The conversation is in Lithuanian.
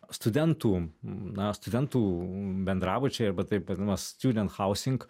studentų na studentų bendrabučiai arba taip vadinamas stjudent hausink